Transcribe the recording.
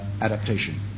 adaptation